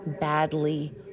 badly